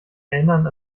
erinnern